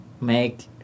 make